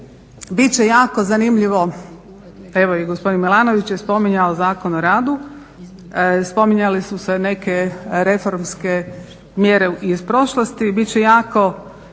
će jako zanimljivo evo i gospodin Milanović je spominjao Zakon o radu, spominjale su se nekakve reformske mjere iz prošlosti, bit će jako